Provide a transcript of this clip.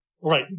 Right